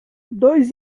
dois